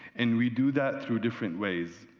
and, we do that through different ways.